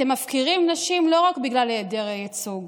אתם מפקירים נשים לא רק בגלל היעדר הייצוג,